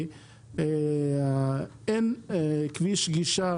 אין כביש גישה